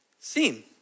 seen